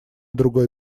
другой